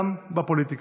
גם בפוליטיקה.